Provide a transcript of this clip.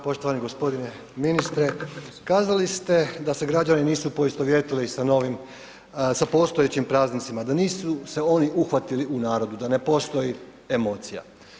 Poštovani gospodine ministre, kazali ste da se građani nisu poistovjetili sa novim, sa postojećim praznicima, da nisu se oni uhvatili u narodu, da ne postoji emocija.